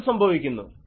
എന്തു സംഭവിക്കുന്നു